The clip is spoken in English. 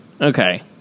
okay